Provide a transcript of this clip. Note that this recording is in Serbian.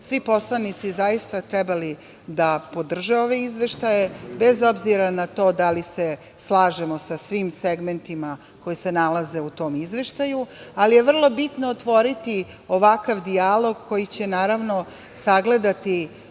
svi poslanici zaista trebali da podrže ove izveštaje, bez obzira na to da li se slažemo sa svim segmentima koji se nalaze u tom izveštaju, ali je vrlo bitno otvoriti ovakav dijalog koji će, naravno, sagledati